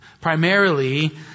primarily